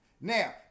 Now